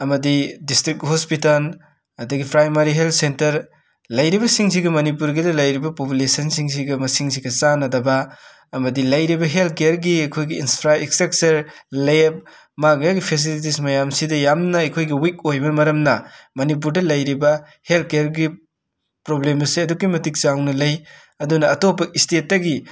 ꯑꯃꯗꯤ district hospital ꯑꯗꯒꯤ primary health centre ꯂꯩꯔꯤꯕꯁꯤꯡꯁꯤꯒꯤ ꯃꯅꯤꯄꯨꯔꯒꯤꯗ ꯂꯩꯔꯤꯕ ꯄꯣꯄꯨꯂꯦꯁꯟꯁꯤꯡꯁꯤꯒ ꯃꯁꯤꯡꯁꯤꯒ ꯆꯥꯟꯅꯗꯕ ꯑꯃꯗꯤ ꯂꯩꯔꯤꯕ ꯍꯦꯜꯠ ꯀ꯭ꯌꯔꯒꯤ ꯑꯈꯣꯏꯒꯤ ꯏꯟꯁꯇ꯭ꯔꯥꯁ꯭ꯇꯛꯆꯔ ꯂꯦꯞ ꯃꯥꯒ ꯑꯩꯒ ꯐꯦꯁꯤꯂꯤꯇꯤꯁ ꯃꯌꯥꯝꯁꯤꯗ ꯌꯥꯝꯅ ꯑꯩꯈꯣꯏꯒꯤ ꯋꯤꯛ ꯑꯣꯏꯕ ꯃꯔꯝꯅ ꯃꯅꯤꯄꯨꯔꯗ ꯂꯩꯔꯤꯕ ꯍꯦꯜꯠ ꯀ꯭ꯌꯔꯒꯤ ꯄ꯭ꯔꯣꯕ꯭ꯂꯦꯝ ꯑꯁꯦ ꯑꯗꯨꯛꯀꯤꯃꯇꯤꯛ ꯆꯥꯎꯅ ꯂꯩ ꯑꯗꯨꯅ ꯑꯇꯣꯞꯄ ꯁ꯭ꯇꯦꯠꯇꯒꯤ